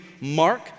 Mark